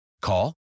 Call